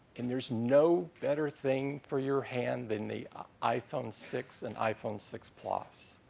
and there's no better thing for your hand than the iphone six and iphone six plus.